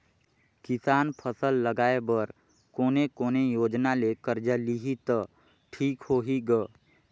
किसान फसल लगाय बर कोने कोने योजना ले कर्जा लिही त ठीक होही ग?